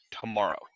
tomorrow